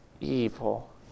evil